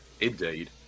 Indeed